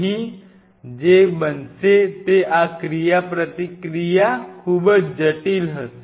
અહીં જે બનશે તે આ ક્રિયાપ્રતિક્રિયા ખૂબ જ જટિલ હશે